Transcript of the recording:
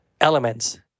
elements